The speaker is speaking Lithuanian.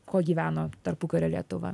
kuo gyveno tarpukario lietuva